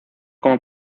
como